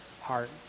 heart